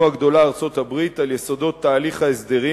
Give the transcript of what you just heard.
ארצות-הברית על יסודות תהליך ההסדרים,